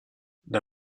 the